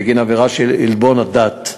בגין עבירה של עלבון הדת.